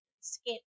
skin